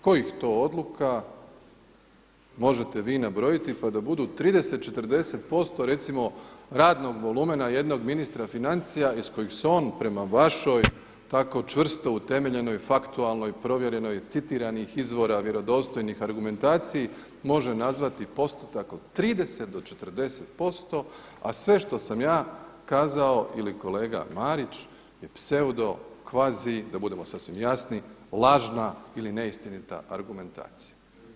Kojih to odluka, možete vi nabrojiti pa da budu 30, 40% recimo radnog volumena jednog ministra financija iz kojih se on prema vašoj tako čvrsto utemeljenoj faktualnoj provjerenoj citiranih izvora vjerodostojnih argumentaciji može nazvati postotak od 30 do 40%, a sve što sam ja kazao ili kolega Marić je pseudo, kvazi da budemo sasvim jasni lažna ili neistinita argumentacija.